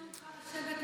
לשבת לאחדות?